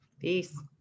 Peace